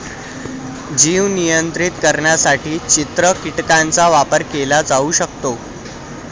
जीव नियंत्रित करण्यासाठी चित्र कीटकांचा वापर केला जाऊ शकतो